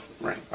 Right